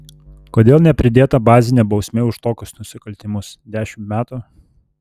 kodėl nepridėta bazinė bausmė už tokius nusikaltimus dešimt metų